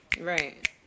Right